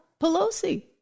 Pelosi